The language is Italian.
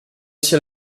sia